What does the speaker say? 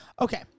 Okay